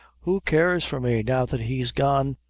who cares for me, now that he's gone?